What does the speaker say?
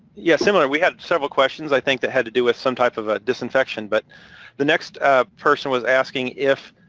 yeah, similar. we have several questions, i think that had to do with some type of a disinfection, but the next person was asking if.